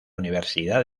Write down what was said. universidad